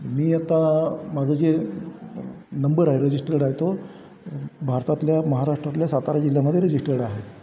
मी आता माझं जे नंबर आहे रजिस्टर्ड आहे तो भारतातल्या महाराष्ट्रातल्या सातारा जिल्ह्यामध्ये रजिस्टर्ड आहे